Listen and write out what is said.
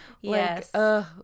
yes